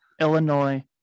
Illinois